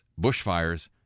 bushfires